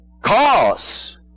Cause